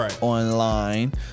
online